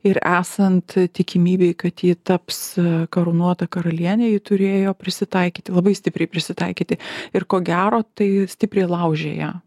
ir esant tikimybei kad ji taps karūnuota karaliene ji turėjo prisitaikyti labai stipriai prisitaikyti ir ko gero tai stipriai laužė ją